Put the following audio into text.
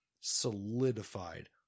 solidified